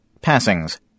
Passings